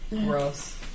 Gross